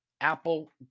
Apple